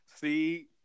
see